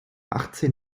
achtzehn